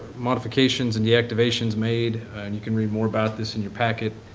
modifications and deactivations made, and you can read more about this in your packet.